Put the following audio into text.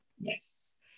Yes